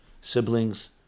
siblings